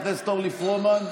חברת הכנסת אורלי פרומן,